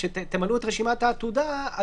כשתמלאו את רשימת העתודה,